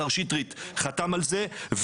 השר שטרית חתם על זה,